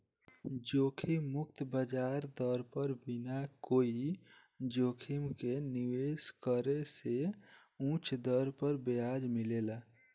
जोखिम मुक्त ब्याज दर पर बिना कोई जोखिम के निवेश करे से उच दर पर ब्याज मिलेला